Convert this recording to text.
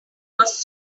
was